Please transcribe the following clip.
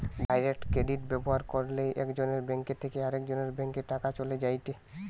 direct credit ব্যবহার কইরলে একজনের ব্যাঙ্ক থেকে আরেকজনের ব্যাংকে টাকা চলে যায়েটে